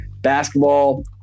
basketball